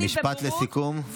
משפט לסיכום.